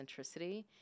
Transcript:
centricity